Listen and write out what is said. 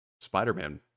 Spider-Man